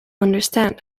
understand